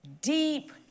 deep